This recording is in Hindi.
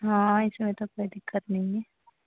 हाँ इसमें तो कोई दिक्कत नहीं है